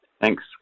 Thanks